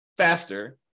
faster